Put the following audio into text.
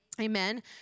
amen